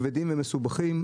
כבדים ומסובכים,